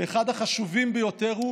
ואחד החשובים ביותר: